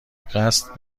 قصد